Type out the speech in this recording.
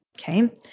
okay